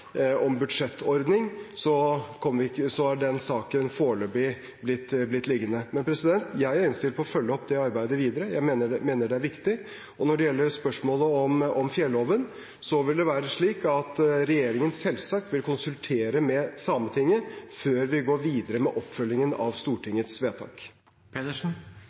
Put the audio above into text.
om budsjettordning, er den saken foreløpig blitt liggende. Men jeg er innstilt på å følge opp det arbeidet videre. Jeg mener det er viktig. Når det gjelder spørsmålet om fjelloven, vil det være slik at regjeringen selvsagt vil konsultere med Sametinget før vi går videre med oppfølgingen av Stortingets